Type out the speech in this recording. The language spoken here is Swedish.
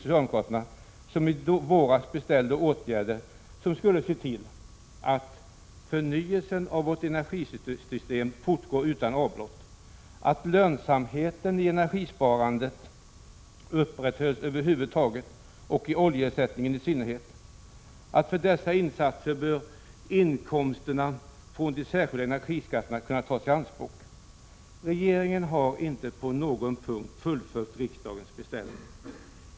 socialdemokraterna, i våras beställde åtgärder som skulle innebära att förnyelsen av vårt energisystem fortgår utan avbrott, att lönsamheten i energisparandet upprätthålls över huvud taget och i oljeersättningen i synnerhet, att inkomsterna från de ”särskilda energiskatterna” bör kunna tas i 15 december 1986 anspråk för dessa insatser. Regeringen har inte på någon punkt fullföljt riksdagens beställning.